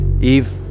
Eve